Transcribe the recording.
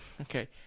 okay